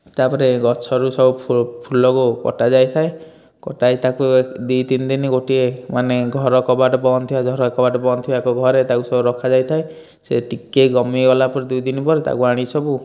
ତା'ପରେ ଗଛରୁ ସବୁ ଫୁଲକୁ କଟା ଯାଇଥାଏ କଟା ଯାଇ ତାକୁ ଦି ତିନି ଦିନ ଗୋଟିଏ ମାନେ ଘର କବାଟ ବନ୍ଦ ଥିବା ଝରକା କବାଟ ବନ୍ଦ ଥିବା ଘରେ ତାକୁ ସବୁ ରଖା ଯାଇଥାଏ ସେ ଟିକେ ଗମିଗଲା ପରେ ଦୁଇ ଦିନ ପରେ ତାକୁ ଆଣି ସବୁ